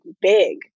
big